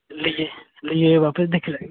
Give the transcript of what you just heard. लेई आएओ बापस दिक्खी लैगे